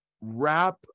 wrap